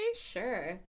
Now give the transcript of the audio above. Sure